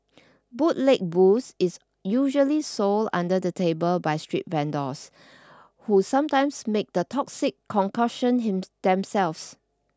bootleg booze is usually sold under the table by street vendors who sometimes make the toxic concoction themselves